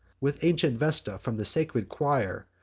with ancient vesta from the sacred choir,